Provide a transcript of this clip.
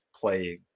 playing